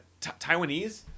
Taiwanese